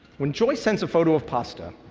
when joy sends a photo of pasta,